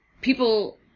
people